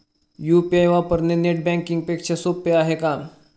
UPI वापरणे net banking पेक्षा सोपे आहे का?